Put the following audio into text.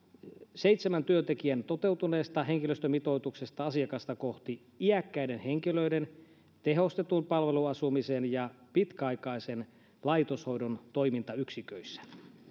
seitsemän työntekijän toteutuneesta henkilöstömitoituksesta asiakasta kohti iäkkäiden henkilöiden tehostetun palveluasumisen ja pitkäaikaisen laitoshoidon toimintayksiköissä